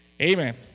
Amen